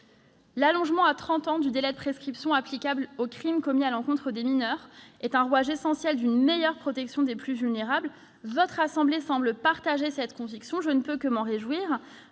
L'allongement à trente ans du délai de prescription applicable aux crimes commis à l'encontre des mineurs est un rouage essentiel d'une meilleure protection des plus vulnérables. Votre assemblée semble partager cette conviction, ce dont je ne peux que me réjouir.